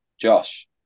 Josh